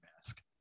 mask